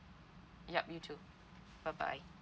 yup you too bye bye